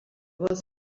was